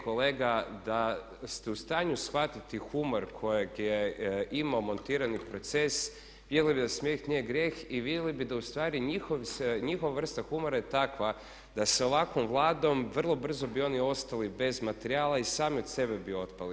Kolega da ste u stanju shvatiti humor kojeg je imao „Montirani proces“ vidjeli bi da smijeh nije grijeh i vidjeli bi da ustvari njihova vrsta humora je takva da s ovakvom Vladom vrlo brzo bi oni ostali bez materijala i sami od sebe bi otpali.